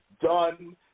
done